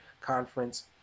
conference